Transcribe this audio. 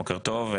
בוקר טוב.